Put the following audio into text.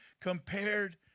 compared